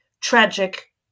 tragic